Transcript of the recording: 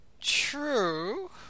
True